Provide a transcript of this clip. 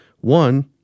one